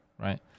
right